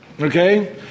Okay